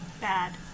Bad